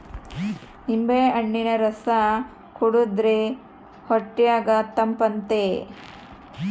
ನಿಂಬೆಹಣ್ಣಿನ ರಸ ಕುಡಿರ್ದೆ ಹೊಟ್ಯಗ ತಂಪಾತತೆ